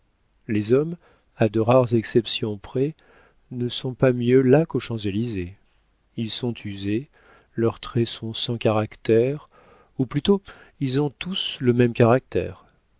les hommes à de rares exceptions près ne sont pas mieux là qu'aux champs-élysées ils sont usés leurs traits sont sans caractère ou plutôt ils ont tous le même caractère